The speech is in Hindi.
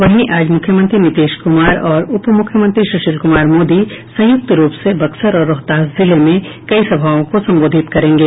वहीं आज मुख्यमंत्री नीतीश कुमार और उप मुख्यमंत्री सुशील कुमार मोदी संयुक्त रूप से बक्सर और रोहतास जिले में कई सभाओं को संबोधित करेंगे